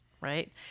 Right